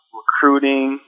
recruiting